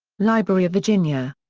library of virginia.